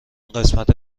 قسمت